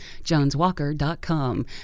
joneswalker.com